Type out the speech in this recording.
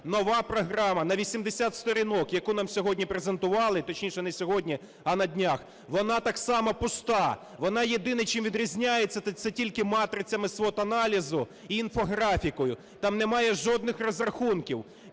нова програма на 80 сторінок, яку нам сьогодні презентували, точніше, не сьогодні, а на днях, вона так само пуста. Вона єдине чим відрізняється, то тільки матрицями SWOT-аналізу і інфографікою, там немає жодних розрахунків.